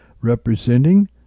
representing